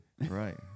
Right